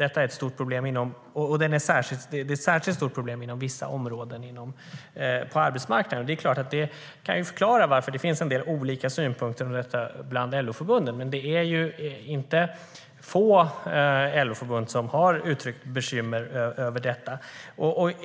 ett särskilt stort problem inom vissa områden på arbetsmarknaden. Det kan förklara varför det finns en del olika synpunkter bland LO-förbunden, men det är inte få LO-förbund som har uttryckt bekymmer över detta.